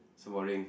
so boring